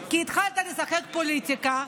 כי התחלת לשחק פוליטיקה.